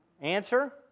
Answer